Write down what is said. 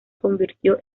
convirtió